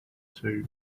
too